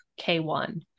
K1